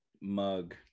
mug